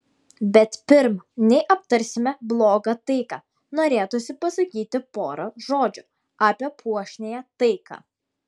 bet pirm nei aptarsime blogą taiką norėtųsi pasakyti porą žodžių apie puošniąją taiką